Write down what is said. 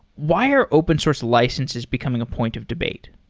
why are open source licenses becoming a point of debate?